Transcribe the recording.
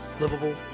livable